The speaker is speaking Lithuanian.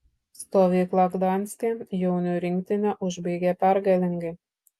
stovyklą gdanske jaunių rinktinė užbaigė pergalingai